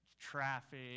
traffic